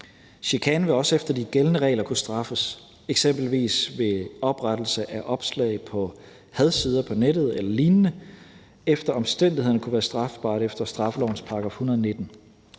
Chikane vil også efter de gældende regler kunne straffes – eksempelvis ved oprettelse af opslag på hadsider på nettet eller lignende – og vil efter omstændighederne kunne være strafbart efter straffelovens § 119